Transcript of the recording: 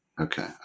Okay